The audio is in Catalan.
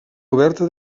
oberta